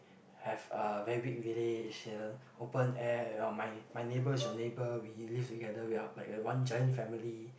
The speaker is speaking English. have a very big village open air that kind of my my neighbor is your neighbor we live together we are like a one giant family